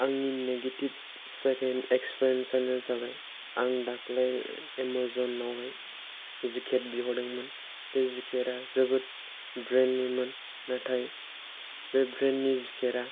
आंनि negative second experience आनो जाबाय आं दाखालै एमाजन आवहाय जेकेट बिहरदोंमोन बे जेकेटआ जोबोर ब्रेन्डनिमोन नाथाय बे ब्रेन्डनि जेकेतआ